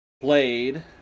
Blade